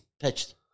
Pitched